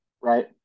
right